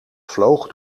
vloog